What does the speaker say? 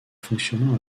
fonctionnant